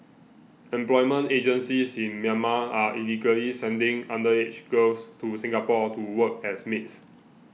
employment agencies in Myanmar are illegally sending underage girls to Singapore to work as maids